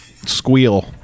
squeal